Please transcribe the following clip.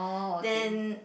then